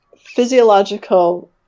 physiological